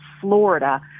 Florida